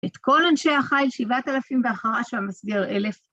את כל אנשי החיל שבעת אלפים והחרש והמסגר אלף